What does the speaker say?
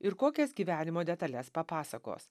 ir kokias gyvenimo detales papasakos